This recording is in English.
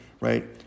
right